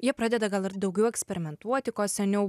jie pradeda gal ir daugiau eksperimentuoti ko seniau